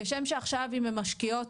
כששם שעכשיו הן משקיעות